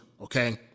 okay